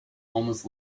almost